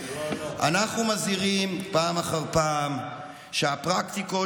אנחנו מזהירים פעם אחר פעם שהפרקטיקות